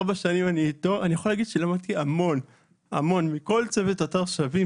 אני ארבע שנים איתו ואני יכול להגיד שלמדתי המון מכל צוות אתר "שווים".